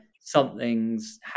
something's